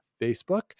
Facebook